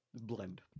Blend